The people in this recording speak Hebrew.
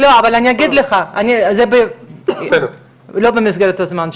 לא במסגרת הזמן שלך,